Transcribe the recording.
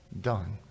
done